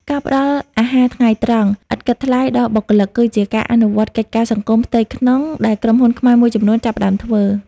ការផ្ដល់ អាហារថ្ងៃត្រង់ ឥតគិតថ្លៃដល់បុគ្គលិក គឺជាការអនុវត្តកិច្ចការសង្គមផ្ទៃក្នុងដែលក្រុមហ៊ុនខ្មែរមួយចំនួនចាប់ផ្ដើមធ្វើ។